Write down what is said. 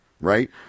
Right